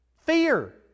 Fear